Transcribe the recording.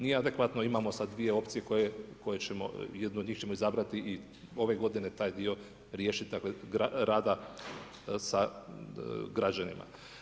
Mi adekvatno imamo sada dvije opcije od koje ćemo jednu od njih izabrati i ove godine taj dio riješiti, dakle rada sa građanima.